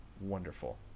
wonderful